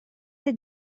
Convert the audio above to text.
the